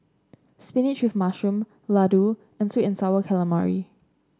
spinach with mushroom laddu and sweet and sour calamari